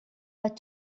but